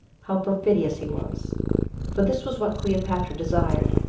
how perfidious he was for this was what cleopatra desired,